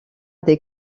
des